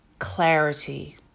Clarity